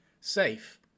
safe